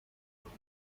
fiat